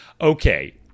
Okay